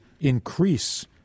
increase